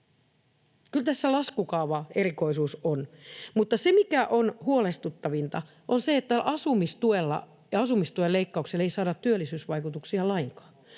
Kyllä tässä laskukaavaerikoisuus on. Mutta se, mikä on huolestuttavinta, on se, että asumistuella ja asumistuen leikkauksella ei saada työllisyysvaikutuksia lainkaan,